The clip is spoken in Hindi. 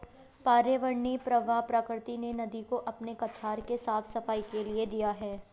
पर्यावरणीय प्रवाह प्रकृति ने नदी को अपने कछार के साफ़ सफाई के लिए दिया है